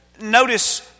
Notice